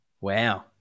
Wow